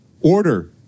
order